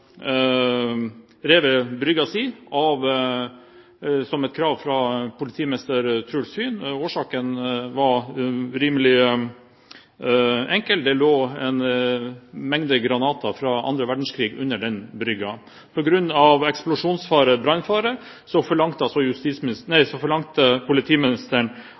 brygga si, som et krav fra politimester Truls Fyhn. Årsaken var rimelig enkel: Det lå en mengde granater fra annen verdenskrig under den brygga. På grunn av eksplosjonsfare/brannfare forlangte